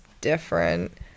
different